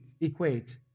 equate